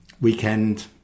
weekend